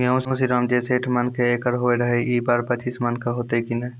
गेहूँ श्रीराम जे सैठ मन के एकरऽ होय रहे ई बार पचीस मन के होते कि नेय?